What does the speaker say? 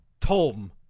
Tom